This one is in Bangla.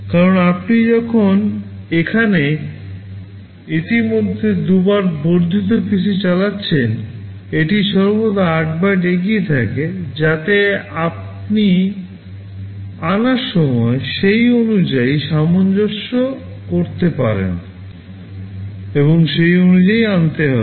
কারণ আপনি যখন এখানে ইতিমধ্যে দুবার বর্ধিত PC চালাচ্ছেন এটি সর্বদা 8 byte এগিয়ে থাকে যাতে আপনি আনার সময় সেই অনুযায়ী সামঞ্জস্য করতে পারেন এবং সেই অনুযায়ী আনতে হবে